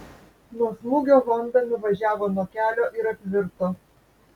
nuo smūgio honda nuvažiavo nuo kelio ir apvirto